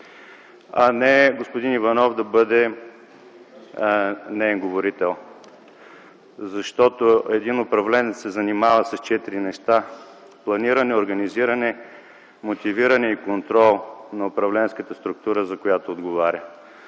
а не господин Иванов да бъде неин говорител. Един управленец се занимава с четири неща – планиране, организиране, мотивиране и контрол на управленската структура, за която отговаря,